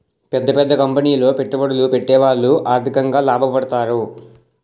పెద్ద పెద్ద కంపెనీలో పెట్టుబడులు పెట్టేవాళ్లు ఆర్థికంగా లాభపడతారు